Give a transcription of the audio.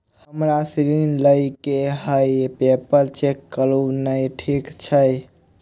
हमरा ऋण लई केँ हय पेपर चेक करू नै ठीक छई?